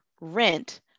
rent